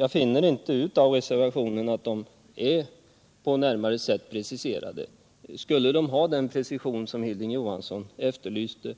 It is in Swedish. Jag finner inte ut av reservationen att de är på närmare sätt preciserade. Skulle de ha den precision som Hilding Johansson efterlyste